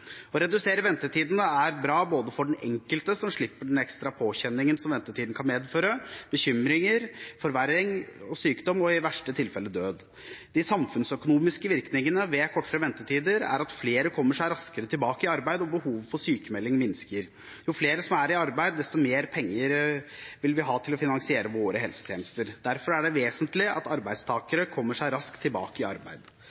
Å redusere ventetidene er bra for den enkelte som slipper den ekstra påkjenningen som ventetiden kan medføre: bekymringer, forverring av sykdom og – i verste tilfelle – død. De samfunnsøkonomiske virkningene ved kortere ventetider er at flere kommer seg raskere tilbake i arbeid, og behovet for sykmelding minsker. Jo flere som er i arbeid, desto mer penger vil vi ha til å finansiere våre helsetjenester. Derfor er det vesentlig at arbeidstakere kommer seg raskt tilbake i arbeid.